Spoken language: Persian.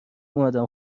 اومدم